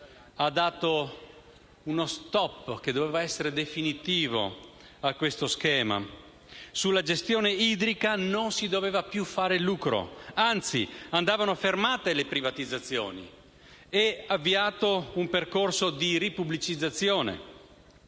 ha dato uno *stop* che doveva essere definitivo a questo schema. Sulla gestione idrica non si doveva più fare lucro. Anzi, andavano fermate le privatizzazioni e avviato un percorso di ripubblicizzazione.